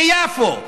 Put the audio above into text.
ביפו,